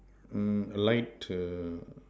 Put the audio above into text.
mm light err